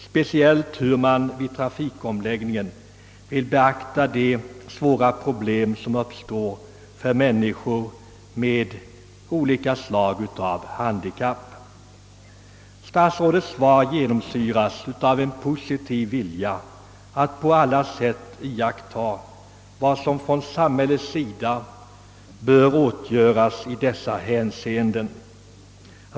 Speciellt ville jag veta, hur man vid trafikomläggningen kommer att beakta de exceptionellt svåra problem som uppstår för människor med olika slags handikapp. Statsrådets svar genomsyras av en positiv vilja att på alla sätt iaktta vad som bör göras från samhällets sida i dessa hänseenden.